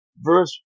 verse